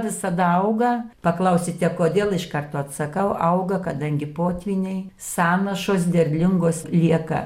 visada auga paklausite kodėl iš karto atsakau auga kadangi potvyniai sąnašos derlingos lieka